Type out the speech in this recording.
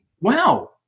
Wow